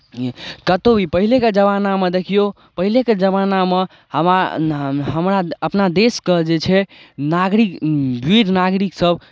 कतहु भी पहिलेके जमानामे देखियौ पहिलेके जमानामे हमरा हम हम हमरा अपना देशके जे छै नागरिक वीर नागरिकसभ